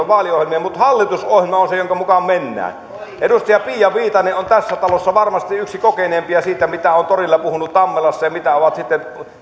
ovat vaaliohjelmia mutta hallitusohjelma on se jonka mukaan mennään edustaja pia viitanen on tässä talossa varmasti yksi kokeneimpia siinä mitä on torilla puhunut tammelassa ja mitä on sitten